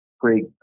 great